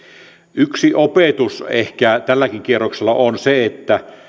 yksi opetus ehkä tälläkin kierroksella on se että